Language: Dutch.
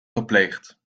gepleegd